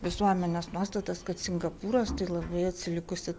visuomenės nuostatas kad singapūras tai labai atsilikusi